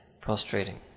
prostrating